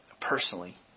personally